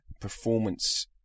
performance